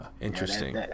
interesting